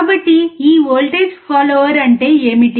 కాబట్టి ఈ voltage follower అంటే ఏమిటి